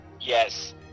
Yes